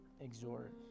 exhort